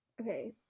Okay